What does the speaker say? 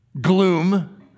gloom